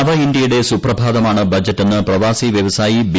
നവ ഇന്ത്യയുടെ സുപ്രഭാതമാണ് ബജറ്റെന്ന് പ്രവാസി വൃവസായി ബി